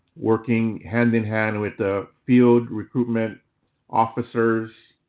working hand in hand with the field recruitment officers,